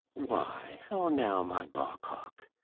why, how now, my bawcock!